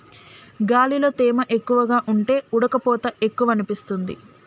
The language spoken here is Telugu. గాలిలో తేమ ఎక్కువగా ఉంటే ఉడుకపోత ఎక్కువనిపిస్తుంది